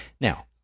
Now